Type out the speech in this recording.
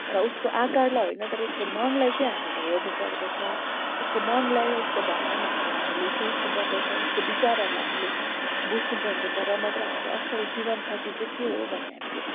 र उसको आकारलाई होइन तर उसको मनलाई चाहिँ हामीले हेर्नु पर्दछ उसको मनलाई र उसको भावनाहरूलाई हामीले सोँच्नु पर्दछ उसको विचारहरूलाई हामीले बुझ्नु पर्दछ र मात्र हामीले असल जीवनसाथी चाहिँ के हो भन्ने हामीले